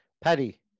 Paddy